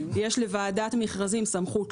יש לוועדת המכרזים סמכות